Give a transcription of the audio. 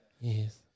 Yes